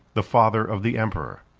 the father of the emperor